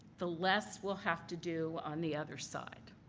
the less we'll have to do on the other side.